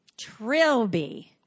Trilby